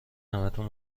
همتون